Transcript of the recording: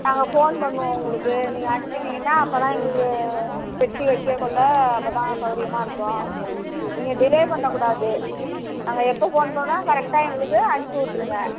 நாங்கள் ஃபோன் பண்ணுவோம் உங்களுக்கு நீங்கள் அனுப்பிவிட்டிங்கன்னா அப்போ தான் எங்களுக்கு வெட்டி வைக்க கொள்ள அப்போ தான் சௌகரியமா இருக்கும் நீங்கள் டிலே பண்ணக்கூடாது நாங்கள் எப்போ ஃபோன் பண்ணுவோம் கரெக்டாக எங்களுக்கு அனுப்பி விட்ருங்க